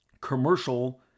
commercial